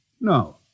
No